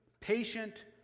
patient